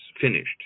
finished